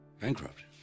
Bankrupt